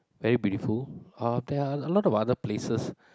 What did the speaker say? very beautiful uh there are a lot of other places